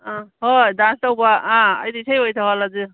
ꯑꯥ ꯍꯣꯏ ꯗꯥꯟꯁ ꯇꯧꯕ ꯑꯥ ꯑꯩꯗꯤ ꯏꯁꯩ ꯑꯣꯏꯅ ꯇꯧꯍꯜꯂꯁꯤ